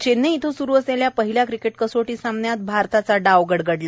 चेन्नई इथं सुरू असलेल्या पहिल्या क्रिकेट कसोटी सामन्यात भारताचा डाव गडगडला